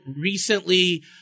recently